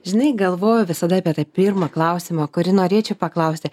žinai galvoju visada apie tą pirmą klausimą kurį norėčiau paklausti